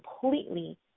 completely